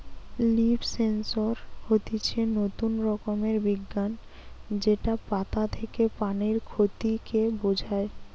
leaf sensor হতিছে নতুন রকমের বিজ্ঞান যেটা পাতা থেকে পানির ক্ষতি কে বোঝায়